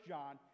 John